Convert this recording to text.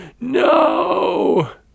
no